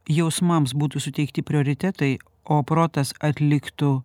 jausmams būtų suteikti prioritetai o protas atliktų